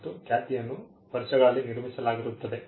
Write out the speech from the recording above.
ಮತ್ತು ಖ್ಯಾತಿಯನ್ನು ವರ್ಷಗಳಲ್ಲಿ ನಿರ್ಮಿಸಲಾಗಿರುತ್ತದೆ